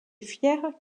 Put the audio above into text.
fière